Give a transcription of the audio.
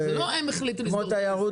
זה לא הם החליטו לסגור את העסק.